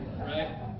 Right